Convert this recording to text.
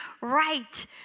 right